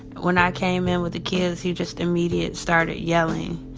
when i came in with the kids, he just immediately started yelling,